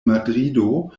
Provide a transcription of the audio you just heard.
madrido